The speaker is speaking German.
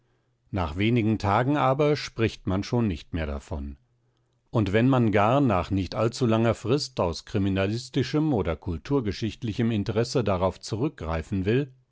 nach wenigen tagen aber spricht man schon nicht mehr davon und wenn man gar nach nicht allzulanger frist aus kriminalistischem oder kulturgeschichtlichem interesse darauf zurückgreifen will